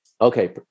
Okay